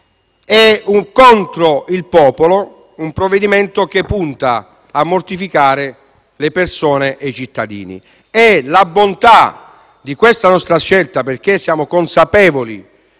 è contro il popolo un provvedimento che punta a mortificare le persone e i cittadini. La bontà di questa nostra scelta è dovuta al fatto che siamo consapevoli